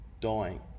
dying